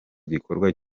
gikorwa